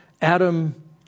Adam